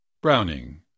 Browning